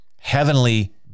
heavenly